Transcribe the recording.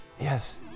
Yes